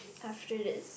after this